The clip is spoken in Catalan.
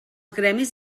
gremis